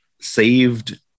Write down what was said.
saved